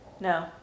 No